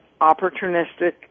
opportunistic